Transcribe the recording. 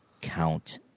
count